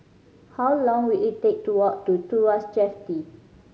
how long will it take to walk to Tuas Jetty